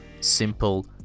simple